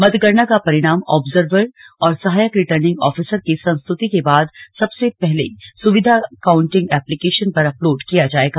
मतगणना का परिणाम आब्जर्वर और सहायक रिटर्निंग आफिसर के संस्तुति के बाद सबसे पहले सुविधा काउंटिंग एप्लीकेशन पर अपलोड़ किया जायेगा